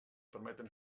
permeten